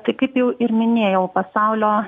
tai kaip jau ir minėjau pasaulio